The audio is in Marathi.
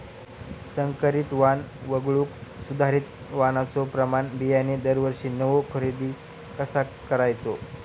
संकरित वाण वगळुक सुधारित वाणाचो प्रमाण बियाणे दरवर्षीक नवो खरेदी कसा करायचो?